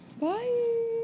Bye